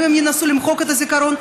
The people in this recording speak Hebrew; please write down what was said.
אם הן ינסו למחוק את הזיכרון,